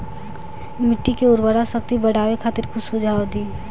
मिट्टी के उर्वरा शक्ति बढ़ावे खातिर कुछ सुझाव दी?